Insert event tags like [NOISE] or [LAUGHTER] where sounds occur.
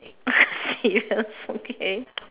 [LAUGHS] okay okay [LAUGHS]